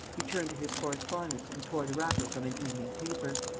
he turned to his correspondence and tore the wrapper from an evening paper.